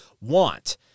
want